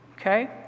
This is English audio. Okay